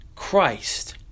Christ